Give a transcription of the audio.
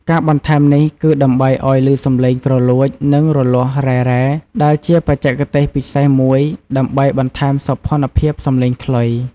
ការបន្ថែមនេះគឺដើម្បីឲ្យឮសំឡេងគ្រលួច និងរលាស់ "រ៉ែៗ" ដែលជាបច្ចេកទេសពិសេសមួយដើម្បីបន្ថែមសោភ័ណភាពសំឡេងខ្លុយ។